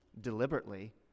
deliberately